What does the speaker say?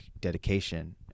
dedication